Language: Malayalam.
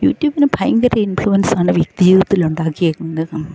യൂട്യൂബിനു ഭയങ്കര ഇൻഫ്ളുവൻസാണ് വ്യക്തി ജീവിതത്തിൽ ഉണ്ടാക്കിയേക്കുന്നത്